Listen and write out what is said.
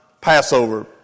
Passover